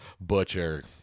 Butcher